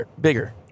bigger